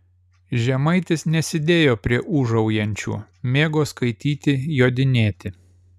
žemaitis nesidėjo prie ūžaujančiųjų mėgo skaityti jodinėti